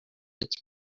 its